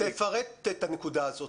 תפרט את הנקודה הזאת.